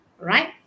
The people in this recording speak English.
Right